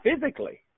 physically